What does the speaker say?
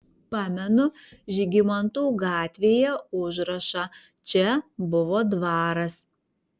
pamenu žygimantų gatvėje užrašą čia buvo dvaras